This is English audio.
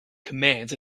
commands